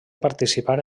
participar